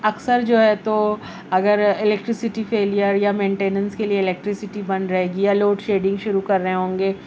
اکثر جو ہے تو اگر الیکٹریسٹی فیلیئر یا مینٹیننس کے لیے الیکٹریسٹی بند رہے گی یا لوڈ شیڈنگ شروع کر رہے ہوں گے